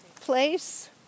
place